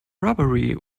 robbery